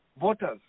voters